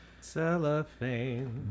Cellophane